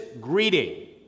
greeting